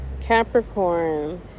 Capricorn